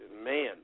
Man